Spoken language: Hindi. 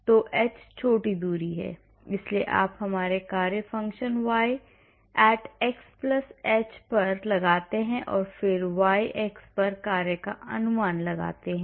तो h छोटी दूरी है इसलिए आप हमारे कार्य function y at xh पर लगाते हैं और फिर y x पर कार्य का अनुमान लगाते हैं